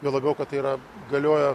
juo labiau kad tai yra galioja